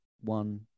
one